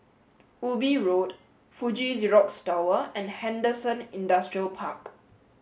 Ubi Road Fuji Xerox Tower and Henderson Industrial Park